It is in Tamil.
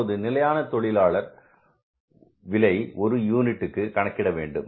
இப்போது நிலையான தொழிலாளர் விலை ஒரு யூனிட்டுக்கு கணக்கிட வேண்டும்